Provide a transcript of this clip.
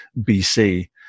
BC